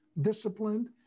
disciplined